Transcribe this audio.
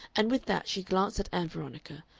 and with that she glanced at ann veronica,